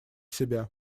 себя